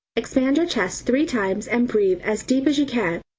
expand your chest three times and breathe as deep as you can,